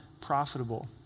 profitable